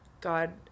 God